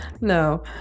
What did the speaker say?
no